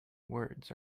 words